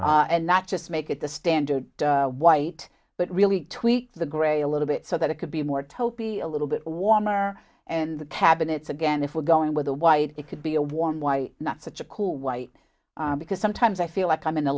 gray and not just make it the standard white but really tweak the gray a little bit so that it could be more topi a little bit warmer and the cabinets again if we're going with the white it could be a warm why not such a cool white because sometimes i feel like i'm in